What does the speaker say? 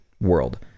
world